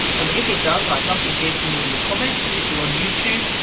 um if it does, i'd love to hear from you in the comments. if we're on youtube,